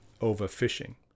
overfishing